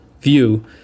view